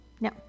No